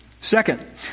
Second